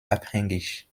abhängig